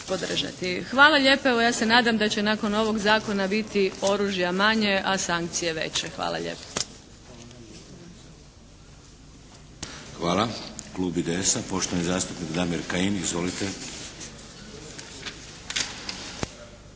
Hvala lijepa. Evo ja se nadam da će nakon ovog zakona biti oružja manje, a sankcije veće. Hvala lijepo. **Šeks, Vladimir (HDZ)** Hvala. Klub IDS-a poštovani zastupnik Damir Kajin. Izvolite.